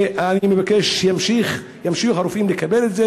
אני מבקש שימשיכו הרופאים לקבל את זה